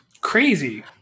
Crazy